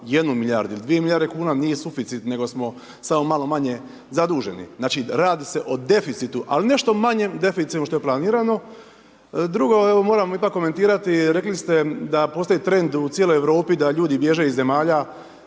1 milijardu ili 2 milijarde kuna nije suficit, nego smo samo malo manje zaduženi. Znači se radi o deficitu al nešto manjem deficitu nego što je planirano. Drugo evo moram ipak komentirati, rekli ste da postoji trend u cijeloj Europi da ljudi bježe iz zemalja